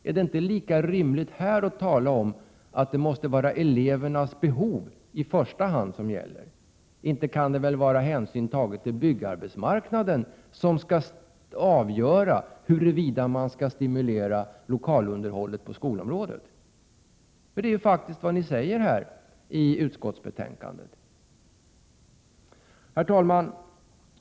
Är det inte lika rimligt att i detta sammanhang tala om att det måste vara i första hand elevernas behov som gäller? Inte kan det väl vara hänsynen till byggarbetsmarknaden som skall avgöra huruvida man skall stimulera lokalunderhållet på skolområdet, eftersom det faktiskt är detta ni skriver i utskottsbetänkandet? Herr talman!